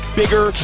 bigger